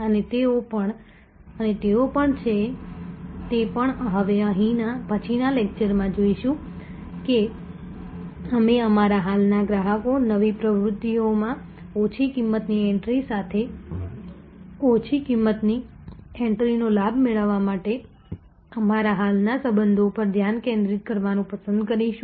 અને તેઓ પણ છે તે પણ હવે પછીના લેક્ચરમાં જોઈશું કે અમે અમારા હાલના ગ્રાહકો નવી પ્રવૃત્તિઓમાં ઓછી કિંમતની એન્ટ્રી સાથે ઓછી કિંમતની એન્ટ્રીનો લાભ લેવા માટે અમારા હાલના સંબંધો પર ધ્યાન કેન્દ્રિત કરવાનું પસંદ કરીશું